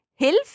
Hilf